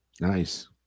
Nice